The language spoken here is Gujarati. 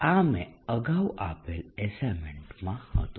આ મેં અગાઉ આપેલ અસાઈન્મેન્ટમાં હતું